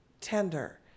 tender